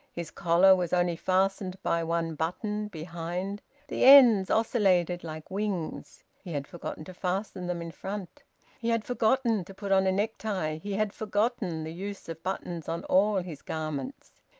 his collar was only fastened by one button, behind the ends oscillated like wings he had forgotten to fasten them in front he had forgotten to put on a necktie he had forgotten the use of buttons on all his garments.